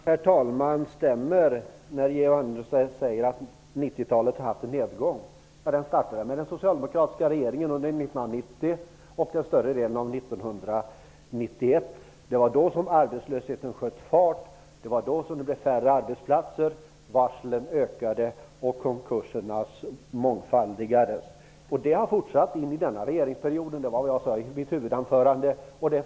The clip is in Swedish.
Herr talman! Det stämmer att 90-talet haft en nedgång, som Georg Andersson sade. Den startade med den socialdemokratiska regeringen under 1990 och större delen av 1991. Det var då arbetslösheten sköt fart. Det var då arbetsplatserna blev färre, varslen ökade och konkurserna mångfaldigades. Det har fortsatt in i denna regeringsperiod. Det sade jag i mitt huvudanförande.